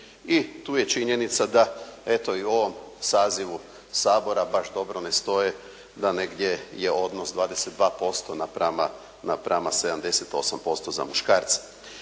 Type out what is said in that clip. i tu je činjenica da eto i u ovom sazivu Sabora baš dobro ne stoje, da negdje je odnos 22% naprama 78% za muškarce.